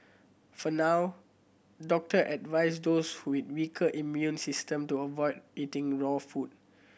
for now doctor advise those with weaker immune system to avoid eating raw food